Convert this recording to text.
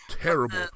terrible